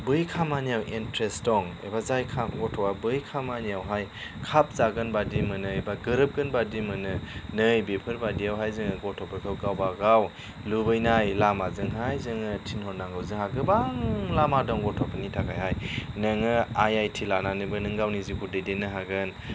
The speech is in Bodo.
बै खामानियाव इन्टरेस्ट दं एबा जाय खा गथ'वा बै खामानियावहाय खाब जागोन बादि मोनो एबा गोरोबगोनबादि मोनो नै बेफोरबादियावहाय जोङो गथ'फोरखौ गावबा गाव लुबैनाय लामाजोंहाय जोङो थिनहरनांगौ जोंहा गोबां लामा दं गथ'फोरनि थाखायहाय नोङो आइ आइ टि लानानैबो नों गावनि जिउखौ दैदेनलांनो हागोन